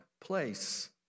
place